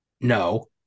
no